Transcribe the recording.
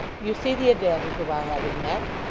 you see the advantage of our having met.